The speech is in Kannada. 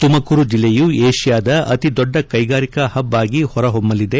ತುಮಕೂರು ಜಿಲ್ಲೆಯು ವಿಷ್ಕಾದ ಅತಿದೊಡ್ಡ ಕೈಗಾರಿಕಾ ಪಬ್ ಆಗಿ ಹೊರಹೊಮ್ಮಲಿದೆ